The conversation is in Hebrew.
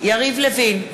יריב לוין,